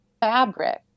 fabric